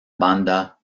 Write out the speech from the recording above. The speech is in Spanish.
banda